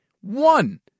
one